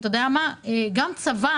גם צבא